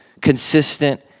consistent